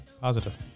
Positive